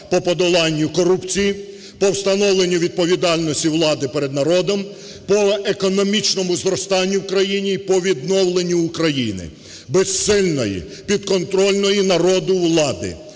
по подоланню корупції, по встановленню відповідальності влади перед народом, по економічному зростанню в країні і по відновленню України, безсильної, підконтрольної народу влади